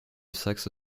saxe